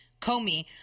Comey